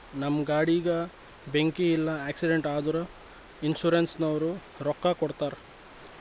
ನಮ್ ಗಾಡಿಗ ಬೆಂಕಿ ಇಲ್ಲ ಆಕ್ಸಿಡೆಂಟ್ ಆದುರ ಇನ್ಸೂರೆನ್ಸನವ್ರು ರೊಕ್ಕಾ ಕೊಡ್ತಾರ್